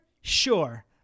sure